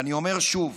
ואני אומר שוב: